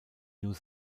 new